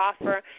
offer